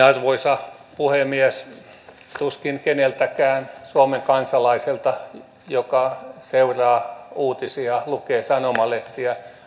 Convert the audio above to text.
arvoisa puhemies tuskin keneltäkään suomen kansalaiselta joka seuraa uutisia lukee sanomalehtiä